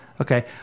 Okay